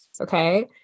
okay